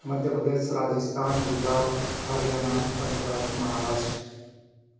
Madhya Pradesh Rajasthan Gujarat Haryana Punjab Maharashtra